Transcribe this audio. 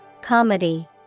Comedy